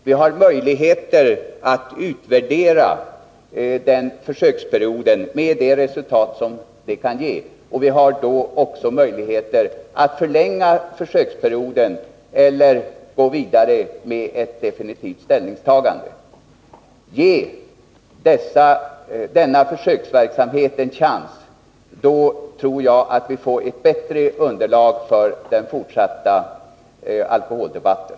Vi har möjligheter att utvärdera den försöksperioden — med det resultat det kan ge. Vi har då också möjligheter att förlänga försöksperioden eller gå vidare med ett definitivt ställningstagande. Ge denna försöksverksamhet en chans! Då tror jag att vi får ett bättre underlag för den fortsatta alkoholdebatten.